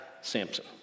Samson